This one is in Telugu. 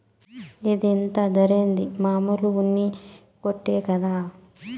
ఇది ఇంత ధరేంది, మామూలు ఉన్ని కోటే కదా